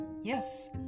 yes